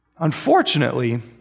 Unfortunately